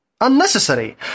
unnecessary